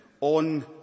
on